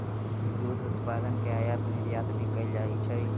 दुध उत्पादन के आयात निर्यात भी कइल जा हई